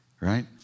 Right